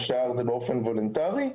השאר זה באופן וולונטרי,